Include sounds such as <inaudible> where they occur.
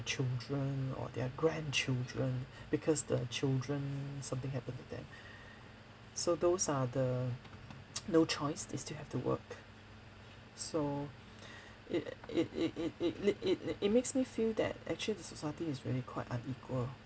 children or their grandchildren because the children something happened to them so those are the <noise> no choice they still have to work so it it it it it it it makes me feel that actually the society is really quite unequal